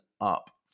up